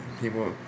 People